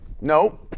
No